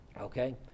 Okay